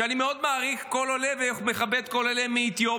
ואני מאוד מעריך כל עולה, ומכבד כל עולה מאתיופיה,